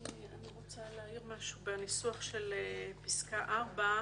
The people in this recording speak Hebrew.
אני רוצה להעיר משהו לגבי הניסוח בפסקה (4).